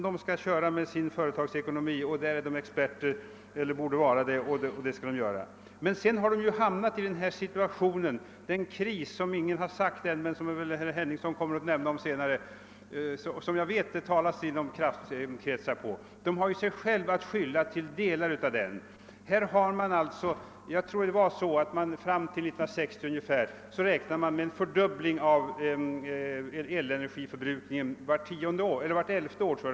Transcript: De skall köra med sin företagsekonomi — på det området bör de vara experter. Nu har de emellertid hamnat i en krissituation — ingen har ännu sagt det här i kammaren men herr Henningsson kommer senare att tala om det, och jag vet att det talas därom inom kraftverkskretsar. De har delvis sig själva att skylla för den situation som har uppstått. Fram till ungefär 1960, tror jag, räknade man med en fördubbling av elenergiförbrukning vart elfte år.